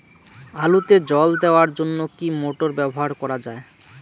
আলুতে জল দেওয়ার জন্য কি মোটর ব্যবহার করা যায়?